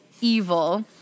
evil